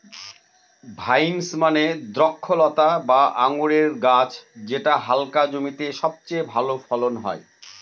vines মানে দ্রক্ষলতা বা আঙুরের গাছ যেটা হালকা জমিতে সবচেয়ে ভালো ফলন হয়